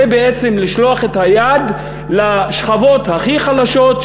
זה בעצם לשלוח את היד לשכבות הכי חלשות,